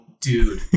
dude